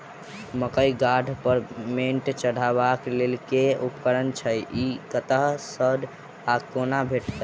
मकई गाछ पर मैंट चढ़ेबाक लेल केँ उपकरण छै? ई कतह सऽ आ कोना भेटत?